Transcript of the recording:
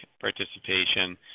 participation